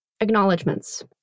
Acknowledgements